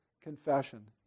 Confession